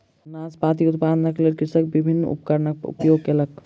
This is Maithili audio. नाशपाती उत्पादनक लेल कृषक विभिन्न उपकरणक उपयोग कयलक